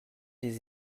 des